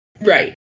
Right